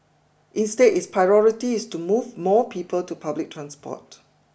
instead its priority is to move more people to public transport